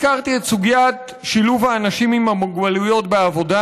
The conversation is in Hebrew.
הזכרתי את סוגיית שילוב האנשים עם המוגבלויות בעבודה.